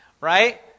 Right